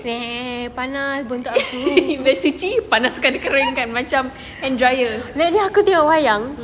cuci panas kan kering kan macam